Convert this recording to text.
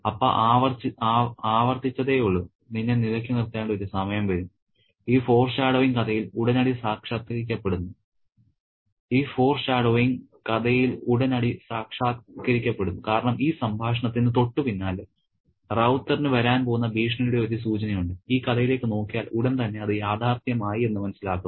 അപ്പ ആവർത്തിച്ചതേയുള്ളു നിന്നെ നിലക്ക് നിർത്തേണ്ട ഒരു സമയം വരും ഈ ഫോർഷാഡോയിങ് കഥയിൽ ഉടനടി സാക്ഷാത്കരിക്കപ്പെടുന്നു കാരണം ഈ സംഭാഷണത്തിന് തൊട്ടുപിന്നാലെ റൌത്തറിന് വരാൻ പോകുന്ന ഭീഷണിയുടെ ഒരു സൂചനയുണ്ട് ഈ കഥയിലേക്ക് നോക്കിയാൽ ഉടൻ തന്നെ അത് യാഥാർഥ്യമായി എന്ന് മനസ്സിലാക്കുന്നു